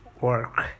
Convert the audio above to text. work